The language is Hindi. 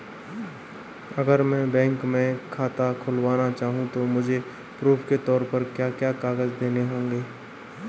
अगर मैं बैंक में खाता खुलाना चाहूं तो मुझे प्रूफ़ के तौर पर क्या क्या कागज़ देने होंगे?